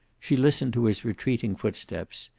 she listened to his retreating footsteps,